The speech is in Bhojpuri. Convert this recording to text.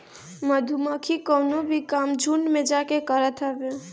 मधुमक्खी कवनो भी काम झुण्ड में जाके करत हवे